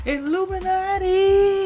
Illuminati